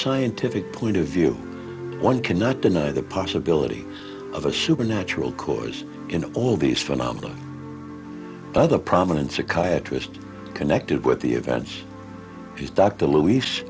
scientific point of view one cannot deny the possibility of a supernatural cause in all these phenomena other prominent psychiatrist connected with the events is dr luis